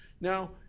Now